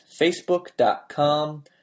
facebook.com